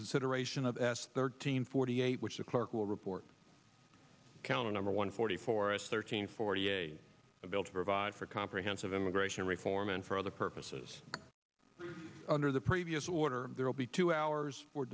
consider a s thirteen forty eight which the clerk will report counting number one forty four us thirteen forty eight a bill to provide for comprehensive immigration reform and for other purposes under the previous order there will be two hours for